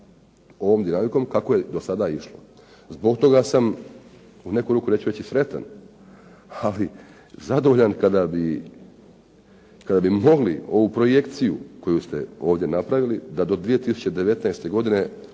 ovom dinamikom kako je do sada išlo. Zbog toga sam u neku ruku, neću reći sretan, ali zadovoljan, kada bi mogli ovu projekciju koju ste ovdje napravili, da do 2019. godine